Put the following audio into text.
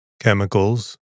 chemicals